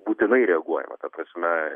būtinai reaguojama ta prasme